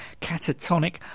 catatonic